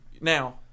Now